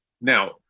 Now